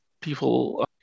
people